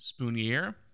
Spoonier